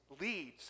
leads